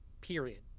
period